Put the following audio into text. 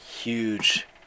huge